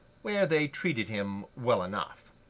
where they treated him well enough.